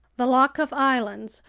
the lyakhov islands,